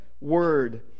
word